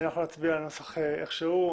אנחנו נצביע על הנוסח איך שהוא.